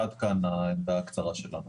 עד כאן העמדה הקצרה שלנו.